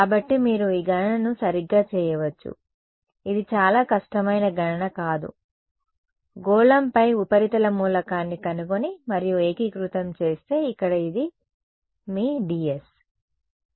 కాబట్టి మీరు ఈ గణనను సరిగ్గా చేయవచ్చు ఇది చాలా కష్టమైన గణన కాదు గోళంపై ఉపరితల మూలకాన్ని కనుగొని మరియు ఏకీకృతం చేస్తే ఇక్కడ ఇది మీ ds